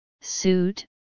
suit